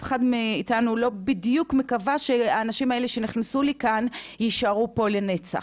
אף אחד מאיתנו לא בדיוק מקווה שהאנשים האלה שנכנסו לכאן יישארו פה לנצח,